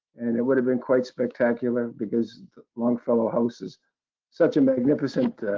and it would have been quite spectacular because longfellow house is such a magnificent